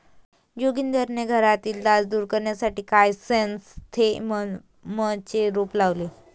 जोगिंदरने घरातील डास दूर करण्यासाठी क्रायसॅन्थेममचे रोप लावले